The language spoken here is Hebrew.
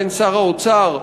שר האוצר,